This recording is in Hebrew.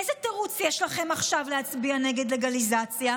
איזה תירוץ יש לכם עכשיו להצביע נגד לגליזציה?